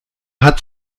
hat